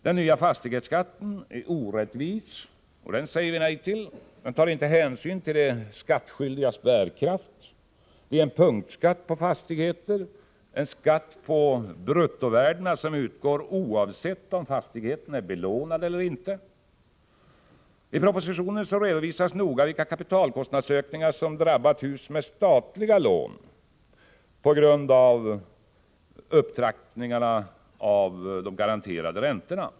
Den nya fastighetsskatten är orättvis, och vi säger nej också till den. Den tar inte hänsyn till de skattskyldigas bärkraft. Det är en punktskatt på fastigheter, en skatt på bruttovärdena, som utgår oavsett om fastigheten är belånad eller inte. I propositionen redovisas noga vilka kapitalkostnadsökningar som drabbat hus med statliga lån på grund av upptrappningarna av de garanterade räntorna.